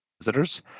Visitors